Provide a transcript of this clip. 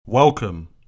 welcome